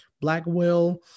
Blackwell